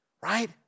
right